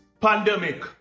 pandemic